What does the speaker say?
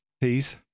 please